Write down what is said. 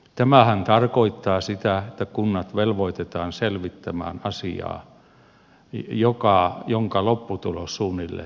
tämähän tarkoittaa sitä että kunnat velvoitetaan selvittämään asiaa jonka lopputulos suunnilleen tiedetään